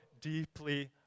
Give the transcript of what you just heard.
deeply